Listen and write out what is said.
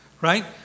right